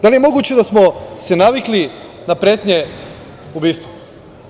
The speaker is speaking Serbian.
Da li je moguće da smo se navikli na pretnje ubistvom?